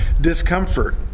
discomfort